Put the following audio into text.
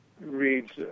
reads